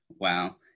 Wow